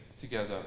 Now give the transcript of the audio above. together